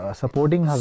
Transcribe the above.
supporting